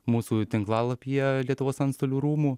mūsų tinklalapyje lietuvos antstolių rūmų